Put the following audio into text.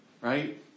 right